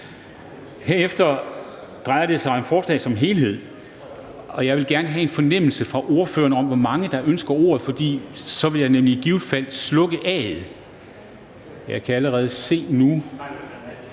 Herefter drejer det sig om forslaget som helhed. Og jeg vil gerne have en fornemmelse – fra ordførerne – af, hvor mange der ønsker ordet. For så vil jeg nemlig i givet fald slukke A'et. Jeg kan allerede se nu,